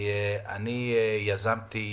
אני יזמתי